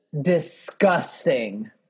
Disgusting